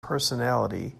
personality